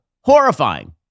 horrifying